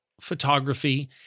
photography